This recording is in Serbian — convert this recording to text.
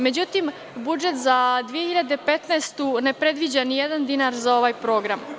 Međutim, budžet za 2015. godinu ne predviđa nijedan dinar za ovaj program.